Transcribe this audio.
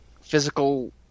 physical